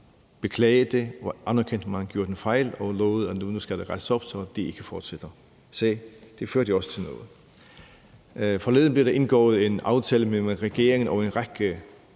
beklaget det og anerkendt, at man har begået en fejl, og lovet, at nu skal det rettes op, så det ikke fortsætter. Se, det førte jo også til noget. Kl. 12:20 Forleden blev der indgået en aftale mellem regeringen og en række